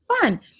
fun